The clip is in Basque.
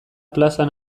plazan